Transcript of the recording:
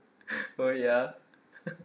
well ya